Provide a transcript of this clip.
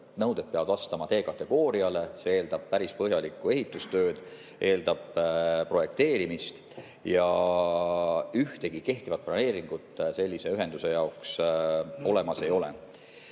nõuded peavad vastama D‑kategooriale. See eeldab päris põhjalikku ehitustööd ja projekteerimist, aga ühtegi kehtivat planeeringut sellise ühenduse jaoks olemas ei ole.